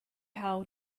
how